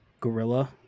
gorilla